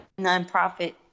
nonprofit